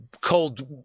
cold